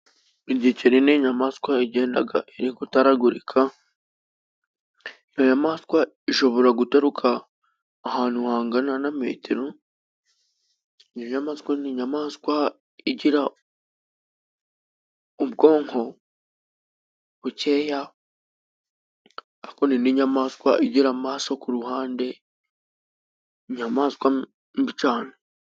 Igikeri ni inyamaswa igendaga iri gutaragurika. Inyamaswa ishobora gutaruka ahantu hangana na metero, inyamaswa ni inyamaswa igira ubwonko bukeya, ariko ni n'inyamaswa igira amaso kuruhande, inyamaswa mbi cane.